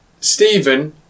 Stephen